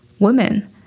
women